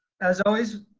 as always,